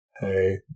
hey